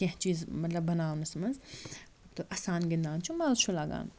کینٛہہ چیٖز مطلب بَناونَس منٛز تہٕ اَسان گِنٛدان چھُ مَزٕ چھُ لَگان